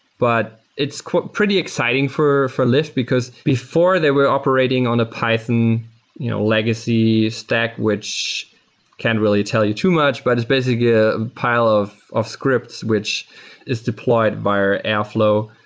but it's pretty exciting for for lyft, because before they were operating on a python legacy stack, which can really tell you too much, but is basically a pile of of scripts which is deployed via airflow.